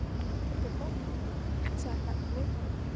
ᱜᱚᱢᱠᱮ ᱛᱟᱠᱚ ᱪᱟᱞᱟᱜ ᱠᱚᱣᱟᱹᱧ